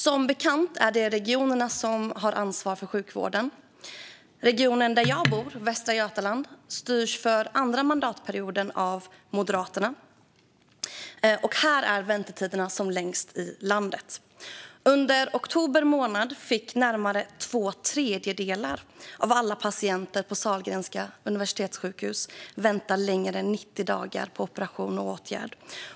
Som bekant är det regionerna som har ansvar för sjukvården. Den region där jag bor, Västra Götaland, styrs för andra mandatperioden av Moderaterna. Här är väntetiderna längst i landet. Under oktober fick närmare två tredjedelar av alla patienter på Sahlgrenska Universitetssjukhuset vänta längre än 90 dagar på operation eller åtgärd.